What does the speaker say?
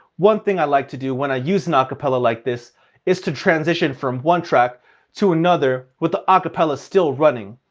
one thing i like to do when i use an acapella like this is to transition from one track to another with the acapellas still running.